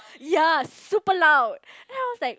ya super loud then I was like